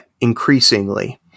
increasingly